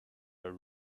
are